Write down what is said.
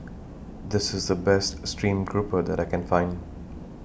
This IS The Best Stream Grouper that I Can Find